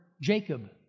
Jacob